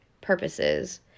purposes